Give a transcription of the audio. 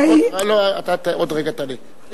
אתה עוד רגע תענה.